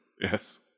Yes